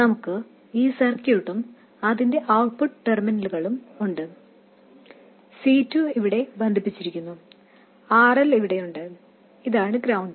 നമുക്ക് ഈ സർക്യൂട്ടും അതിന്റെ ഔട്ട്പുട്ട് ടെർമിനലുകളും ഉണ്ട് C2 ഇവിടെ ബന്ധിപ്പിച്ചിരിക്കുന്നു RL ഇവിടെയുണ്ട് ഇതാണ് ഗ്രൌണ്ട്